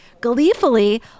gleefully